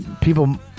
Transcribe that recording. People